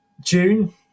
June